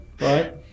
right